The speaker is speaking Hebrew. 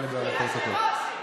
אדוני היושב-ראש,